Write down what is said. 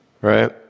right